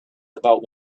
about